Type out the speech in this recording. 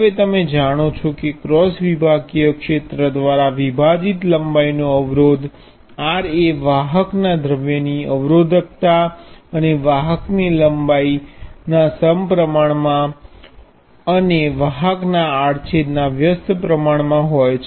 હવે તમે જાણો છો કે ક્રોસ વિભાગીય ક્ષેત્ર દ્વારા વિભાજિત લંબાઈનો અવરોધ એ વાહક ના દ્રવ્ય ની અવરોધક્તા અને વાહક ની લંબાઇ ના વ્યસ્ત પ્ર્માણ મા હોય છે